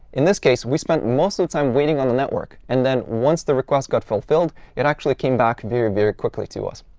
in this case we spent most of the time waiting on the network. and then once the request got fulfilled, it actually came back very, very quickly to us.